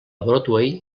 broadway